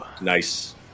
Nice